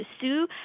sue